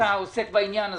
אתה עוסק בעניין הזה.